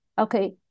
okay